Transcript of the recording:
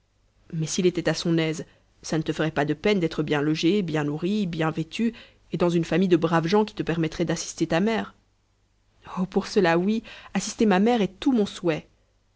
mais s'il était à son aise ça ne te ferait pas de peine d'être bien logée bien nourrie bien vêtue et dans une famille de braves gens qui te permettrait d'assister ta mère oh pour cela oui assister ma mère est tout mon souhait